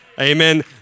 Amen